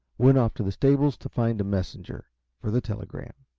went off to the stables to find a messenger for the telegram,